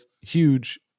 huge